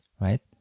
right